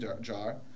jar